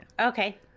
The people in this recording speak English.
Okay